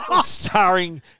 Starring